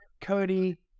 Cody